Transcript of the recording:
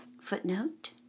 footnote